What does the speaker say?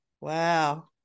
Wow